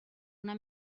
una